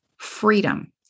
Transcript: Freedom